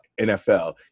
NFL